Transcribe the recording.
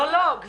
לא, גברתי,